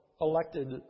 elected